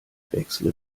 wechsle